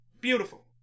Beautiful